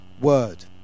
Word